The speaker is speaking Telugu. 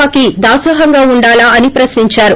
పా కి దానోహంగా ఉండాలా అని ప్రశ్నించారు